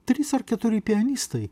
trys ar keturi pianistai